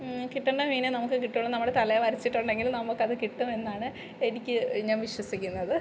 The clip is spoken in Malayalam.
കിട്ടേണ്ട മീനേ നമുക്ക് കിട്ടുകയുള്ളൂ നമ്മളെ തലയില് വരച്ചിട്ടുണ്ടെങ്കില് നമുക്കത് കിട്ടും എന്നാണ് എനിക്ക് ഞാൻ വിശ്വസിക്കുന്നത്